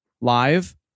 live